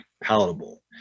palatable